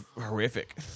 horrific